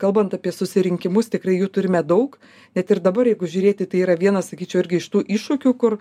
kalbant apie susirinkimus tikrai jų turime daug net ir dabar jeigu žiūrėti tai yra vienas sakyčiau irgi iš tų iššūkių kur